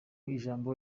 ijambo